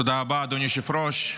תודה רבה, אדוני היושב-ראש.